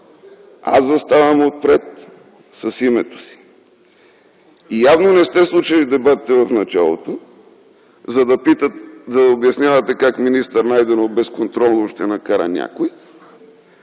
аз заставам отпред с името си. Явно не сте слушали дебатите в началото, за да обяснявате как министър Найденов безконтролно ще накара някой.